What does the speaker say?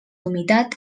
humitat